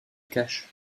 cache